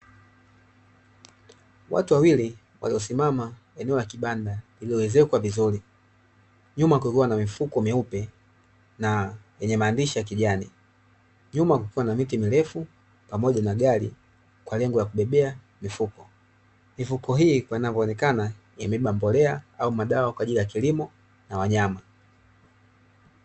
Watu wawili waliosimama eneo la kibanda lililoezekwa vizuri. Nyuma kukiwa na mifuko meupe na yenye maandishi ya kijani. Nyuma kukiwa na miti mirefu pamoja na gari kwa lengo la kubebea mifuko. Mifuko hii kwa inavyoonekana imebeba mbolea au madawa kwa ajili ya kilimo na wanyama.